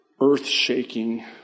earth-shaking